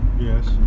Yes